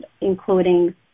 including